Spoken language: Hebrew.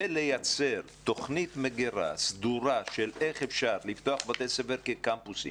ולייצר תוכנית מגירה סדורה לפתיחת בתי ספר כקמפוסים,